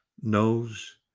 knows